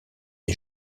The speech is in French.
des